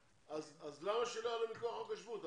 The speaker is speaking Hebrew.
אבל למה שהם לא יעלו מכוח חוק השבות?